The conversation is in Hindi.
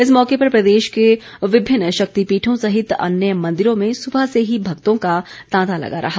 इस मौके पर प्रदेश के विभिन्न शक्तिपीठों सहित अन्य मंदिरों में सुबह से ही भक्तों का तांता लगा रहा